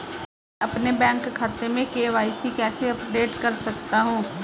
मैं अपने बैंक खाते में के.वाई.सी कैसे अपडेट कर सकता हूँ?